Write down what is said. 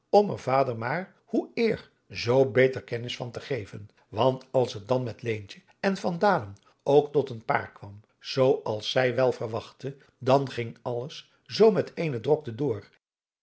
er vader maar hoe eer zoo beter kennis van te geven want als het dan met leentje en van dalen ook tot een paar kwam zoo als zij wel verwachtte dan ging alles zoo met eene drokte door